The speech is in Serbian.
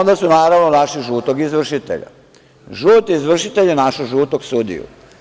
Naravno, onda su našli žutog izvršitelja, žuti izvršitelj je našao žutog sudiju.